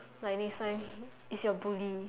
like next time is your bully